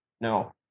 No